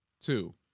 Two